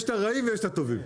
יש את הרעים ויש את הטובים.